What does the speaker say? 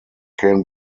can